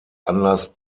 anlass